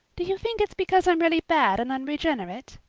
do you think it's because i'm really bad and unregenerate?